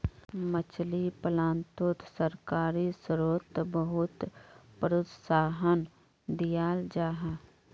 मछली पालानोत सरकारी स्त्रोत बहुत प्रोत्साहन दियाल जाहा